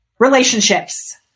relationships